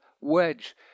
wedge